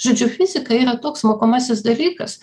žodžiu fizika yra toks mokomasis dalykas